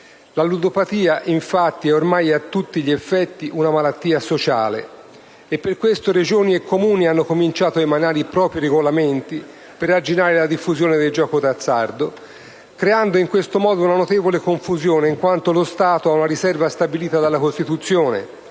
La ludopatia, infatti, è ormai a tutti gli effetti una malattia sociale, e per questo motivo Regioni e Comuni hanno cominciato a emanare i propri regolamenti per arginare la diffusione del gioco d'azzardo, creando in questo modo una notevole confusione in quanto lo Stato ha una riserva stabilita dalla Costituzione